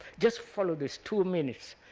just follow this, two minutes.